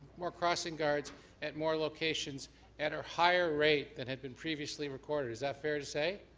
more crossing guards at more locations at a higher rate than had been previously recorded, is that fair to say?